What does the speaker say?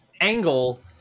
angle